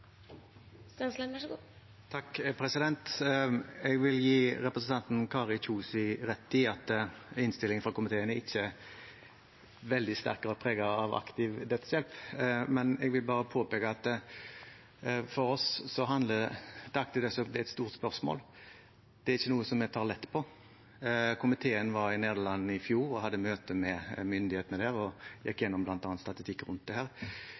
Jeg vil gi representanten Kari Kjønaas Kjos rett i at innstillingen fra komiteen ikke i veldig sterk grad er preget av aktiv dødshjelp. Jeg vil bare påpeke at for oss er dette et stort spørsmål, det er ikke noe vi tar lett på. Komiteen var i Nederland i fjor, hadde møte med myndighetene der og gikk bl.a. igjennom statistikk rundt dette. Jeg kan bare svare at for Høyres del er dette er et så viktig spørsmål at vi har løftet det